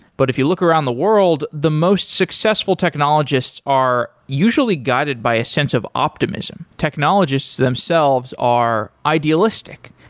but if you look around the world, the most successful technologists are usually guided by a sense of optimism technologists themselves are idealistic.